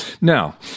Now